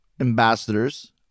ambassadors